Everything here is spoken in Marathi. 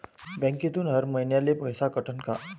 बँकेतून हर महिन्याले पैसा कटन का?